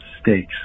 stakes